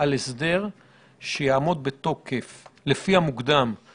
דובר על אמצעי טכנולוגי שאין בו מעורבות של ממשלה,